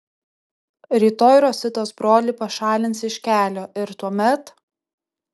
rytoj rositos brolį pašalins iš kelio ir tuomet